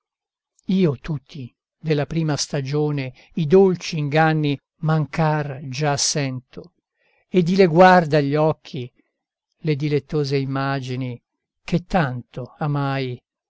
io tutti della prima stagione i dolci inganni mancar già sento e dileguar dagli occhi le dilettose immagini che tanto amai